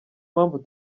mpamvu